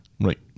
Right